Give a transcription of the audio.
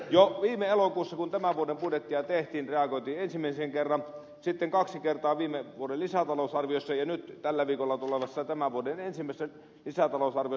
jo viime elokuussa kun tämän vuoden budjettia tehtiin reagoitiin ensimmäisen kerran sitten kaksi kertaa viime vuoden lisätalousarvioissa ja nyt tällä viikolla tulevassa tämän vuoden ensimmäisessä lisätalousarviossa myös reagoidaan